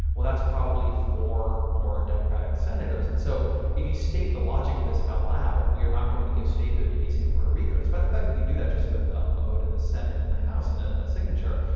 well that's probably four more democratic senators. and so if you state the logic of this out loud, we are not going to give statehood to d. c. and puerto rico despite the fact that you can do that just with um a vote in the senate and the house and ah a signature.